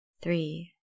three